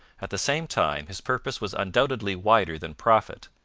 at the same time, his purpose was undoubtedly wider than profit,